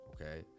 okay